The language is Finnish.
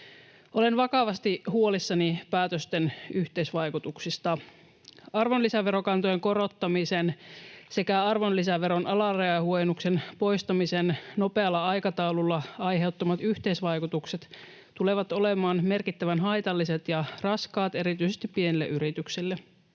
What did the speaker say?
Olen vakavasti huolissani päätösten yhteisvaikutuksista. Arvonlisäverokantojen korottamisen sekä arvonlisäveron alarajahuojennuksen poistamisen nopean aikataulun aiheuttamat yhteisvaikutukset tulevat olemaan merkittävän haitalliset ja raskaat erityisesti pienille yrityksille.